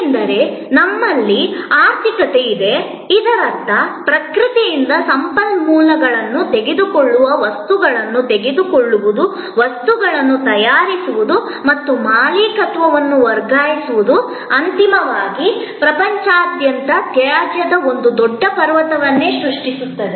ಏಕೆಂದರೆ ನಮ್ಮಲ್ಲಿ ಆರ್ಥಿಕತೆಯಿದೆ ಇದರರ್ಥ ಪ್ರಕೃತಿಯಿಂದ ಸಂಪನ್ಮೂಲಗಳನ್ನು ತೆಗೆದುಕೊಳ್ಳುವ ವಸ್ತುಗಳನ್ನು ತೆಗೆದುಕೊಳ್ಳುವುದು ವಸ್ತುಗಳನ್ನು ತಯಾರಿಸುವುದು ಮತ್ತು ಮಾಲೀಕತ್ವವನ್ನು ವರ್ಗಾಯಿಸುವುದು ಮತ್ತು ಅಂತಿಮವಾಗಿ ಪ್ರಪಂಚದಾದ್ಯಂತ ತ್ಯಾಜ್ಯದ ಒಂದು ದೊಡ್ಡ ಪರ್ವತವನ್ನು ಸೃಷ್ಟಿಸುತ್ತಿದೆ